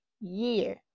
year